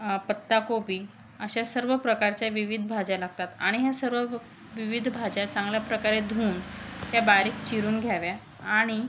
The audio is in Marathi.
पत्ता कोबी अशा सर्व प्रकारच्या विविध भाज्या लागतात आणि ह्या सर्व विविध भाज्या चांगल्या प्रकारे धुऊन त्या बारीक चिरून घ्याव्या आणि